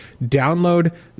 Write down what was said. download